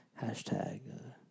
Hashtag